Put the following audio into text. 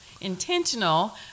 intentional